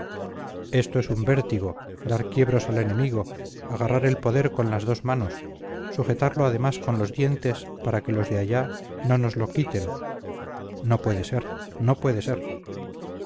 esto es un vértigo dar quiebros al enemigo agarrar el poder con las dos manos sujetarlo además con los dientes para que los de allá no nos lo quiten no puede ser no puede ser